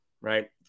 right